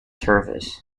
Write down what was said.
service